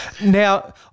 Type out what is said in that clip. Now